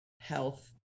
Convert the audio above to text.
health